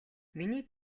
миний